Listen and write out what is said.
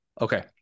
Okay